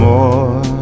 more